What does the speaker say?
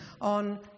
on